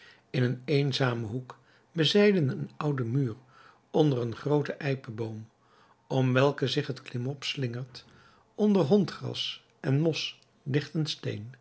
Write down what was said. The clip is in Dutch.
in een eenzamen hoek bezijden een ouden muur onder een grooten ijpeboom om welken zich het klimop slingert onder hondsgras en mos